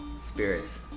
Spirits